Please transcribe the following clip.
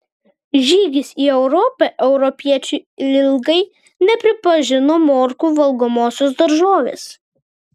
žygis į europą europiečiai ilgai nepripažino morkų valgomomis daržovėmis